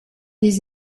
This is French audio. des